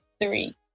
three